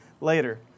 later